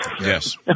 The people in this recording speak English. Yes